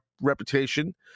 reputation